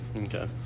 Okay